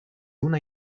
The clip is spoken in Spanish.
una